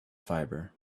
fibre